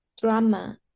drama